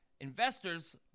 Investors